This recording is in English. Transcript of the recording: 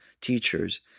teachers